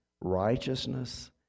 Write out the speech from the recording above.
righteousness